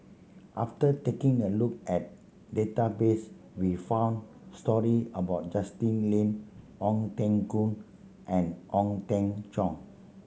after taking a look at database we found story about Justin Lean Ong Teng Koon and Ong Teng Cheong